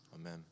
amen